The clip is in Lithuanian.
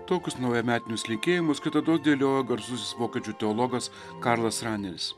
tokius naujametinius linkėjimus kitados dėliojo garsusis vokiečių teologas karlas raneris